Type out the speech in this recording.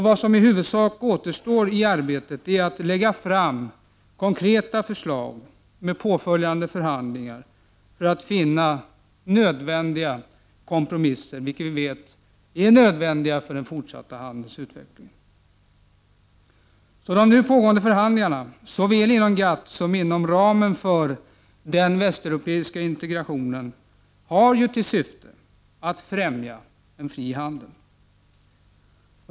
Vad som nu i huvudsak återstår i arbetet är att lägga fram konkreta förslag med åtföljande förhandlingar för att finna kompromisser som är nödvändiga för handelns fortsatta utveckling. De nu pågående förhandlingarna, såväl de inom GATT som de inom ramen för den västeuropeiska integrationen, har ju till syfte att främja en fri handel.